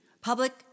public